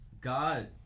God